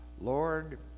Lord